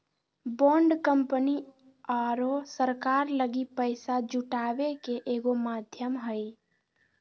bond company आरो सरकार लगी पैसा जुटावे के एगो माध्यम हइ